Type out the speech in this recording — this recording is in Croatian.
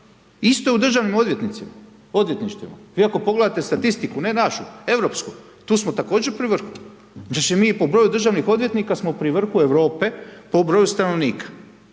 Isto u Državnim odvjetništvima. Vi ako pogledate statistiku, ne našu, europsku, tu smo također pri vrhu. Znači mi po broju državnih odvjetnika smo pri vrhu Europe po broju stanovnika.